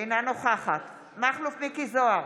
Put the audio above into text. אינה נוכחת מכלוף מיקי זוהר,